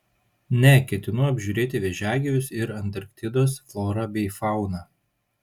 ne ketinu apžiūrėti vėžiagyvius ir antarktidos florą bei fauną